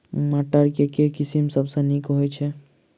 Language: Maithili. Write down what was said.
मटर केँ के किसिम सबसँ नीक होइ छै?